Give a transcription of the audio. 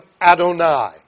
Adonai